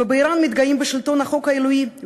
ובאיראן מתגאים בשלטון החוק האלוהי,